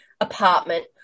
apartment